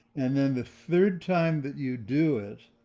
and then the third time that you do it,